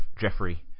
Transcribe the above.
Jeffrey